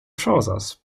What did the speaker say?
trousers